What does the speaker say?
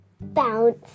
bounce